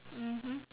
mmhmm